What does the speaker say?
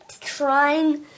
trying